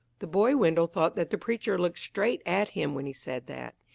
the boy wendell thought that the preacher looked straight at him when he said that.